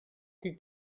qui